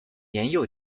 年幼